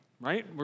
Right